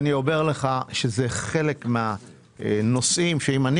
אני אומר לך שזה חלק מן הנושאים שאם אני